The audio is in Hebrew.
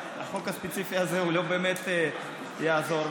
החוק הספציפי הזה לא באמת יעזור.